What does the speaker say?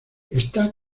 está